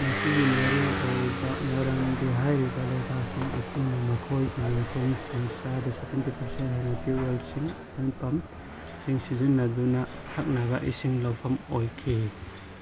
ꯃꯁꯤꯒꯤ ꯃꯔꯨ ꯑꯣꯏꯕ ꯃꯔꯝꯗꯤ ꯍꯥꯏꯔꯤꯕ ꯂꯩꯕꯥꯛꯁꯤꯡ ꯑꯁꯤꯅ ꯃꯈꯣꯏ ꯌꯨꯝꯊꯣꯡꯁꯤꯡ ꯆꯥꯗ ꯁꯕꯦꯟꯇꯤ ꯄꯥꯔꯁꯦꯟ ꯍꯦꯟꯅ ꯇ꯭ꯌꯨꯕ ꯋꯦꯜꯁꯤꯡ ꯍꯦꯟ ꯄꯝꯁꯤꯡ ꯁꯤꯖꯤꯟꯅꯗꯨꯅ ꯊꯛꯅꯕ ꯏꯁꯤꯡ ꯂꯧꯐꯝ ꯑꯣꯏꯈꯤ